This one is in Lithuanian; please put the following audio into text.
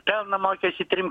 pelno mokestį trim